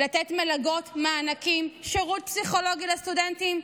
לתת מלגות, מענקים, שירות פסיכולוגי לסטודנטים.